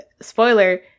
spoiler